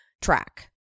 track